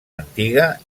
antiga